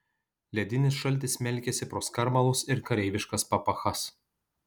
ledinis šaltis smelkėsi pro skarmalus ir kareiviškas papachas